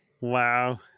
Wow